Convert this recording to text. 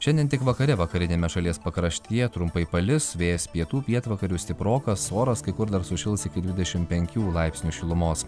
šiandien tik vakare vakariniame šalies pakraštyje trumpai palis vėjas pietų pietvakarių stiprokas oras kai kur dar sušils iki dvidešim penkių laipsnių šilumos